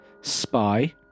spy